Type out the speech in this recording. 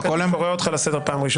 אני קורא אותך לסדר פעם ראשונה.